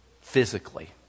Physically